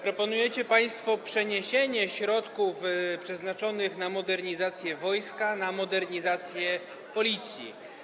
Proponujecie państwo przeniesienie środków przeznaczonych na modernizację wojska na modernizację Policji.